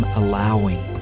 allowing